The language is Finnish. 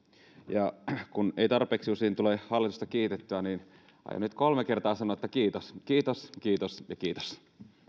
kun ei tarpeeksi usein tule hallitusta kiitettyä niin aion nyt kolme kertaa sanoa että kiitos kiitos kiitos ja kiitos ja